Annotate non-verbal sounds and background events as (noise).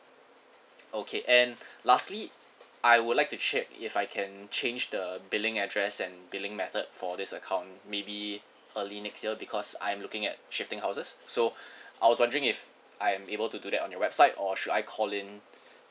okay and lastly I would like to check if I can change the billing address and billing method for this account maybe early next year because I'm looking at shifting houses so (breath) I was wondering if I'm able to do that on your website or should I call in